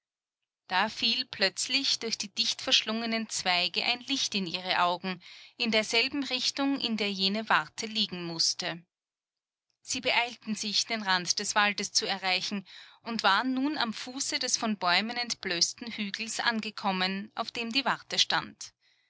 da fiel plötzlich durch die dicht verschlungenen zweige ein licht in ihre augen in derselben richtung in der jene warte liegen mußte sie beeilten sich den rand des waldes zu erreichen und waren nun am fuße des von bäumen entblößtem hügels angekommen auf dem die warte stand